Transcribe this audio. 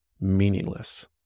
meaningless